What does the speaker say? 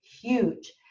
huge